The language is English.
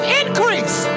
increase